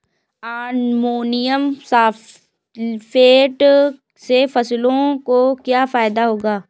Ammonium sulphate से फसलों को क्या फायदा होगा?